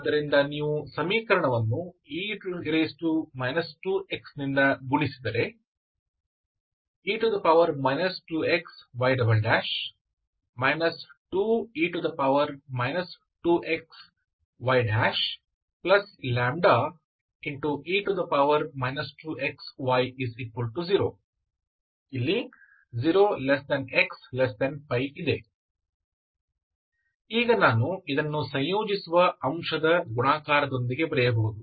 ಆದ್ದರಿಂದ ನೀವು ಈ ಸಮೀಕರಣವನ್ನು e 2x ನಿಂದ ಗುಣಿಸಿದರೆ e 2xy 2e 2xyλe 2xy0 0xπ ಈಗ ನಾನು ಇದನ್ನು ಸಂಯೋಜಿಸುವ ಅಂಶದ ಗುಣಾಕಾರದೊಂದಿಗೆ ಬರೆಯಬಹುದು